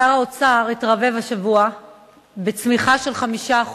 שר האוצר התרברב השבוע בצמיחה של 5%,